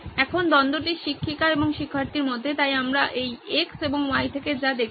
এখন দ্বন্দ্বটি শিক্ষিকা এবং শিক্ষার্থীর মধ্যে তাই আমরা এই x এবং y থেকে যা দেখছি